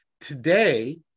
Today